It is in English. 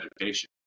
education